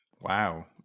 Wow